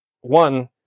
One